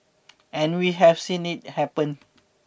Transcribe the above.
and we have seen it happen